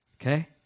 Okay